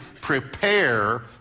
prepare